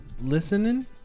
listening